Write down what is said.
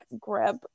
grab